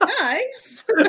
Nice